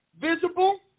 visible